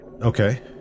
Okay